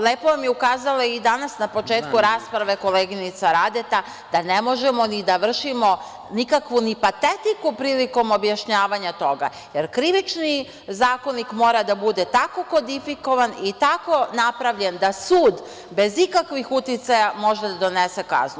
Lepo vam je ukazala i danas na početku rasprave koleginica Radeta da ne možemo da vršimo nikakvu ni patetiku prilikom objašnjavanja toga, jer Krivični zakonik mora da bude tako kodifikovan i tako napravljen da sud bez ikakvih uticaja može da donese kaznu.